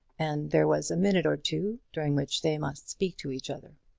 and there was a minute or two during which they must speak to each other.